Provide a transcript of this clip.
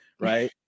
right